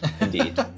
Indeed